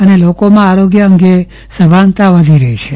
અને લોકોમાં આરોગ્ય અંગે સભાનતા વધી રહી છે